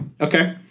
Okay